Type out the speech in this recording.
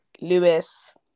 Lewis